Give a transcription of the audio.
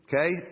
Okay